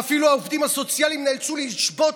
שאפילו העובדים הסוציאליים נאלצו לשבות